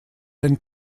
den